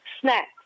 snacks